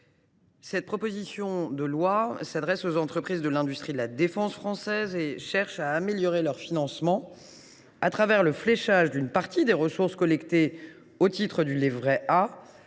cette proposition de loi s’adresse aux entreprises de l’industrie de la défense française et cherche à améliorer leur financement au travers du fléchage d’une partie des ressources collectées au titre du livret A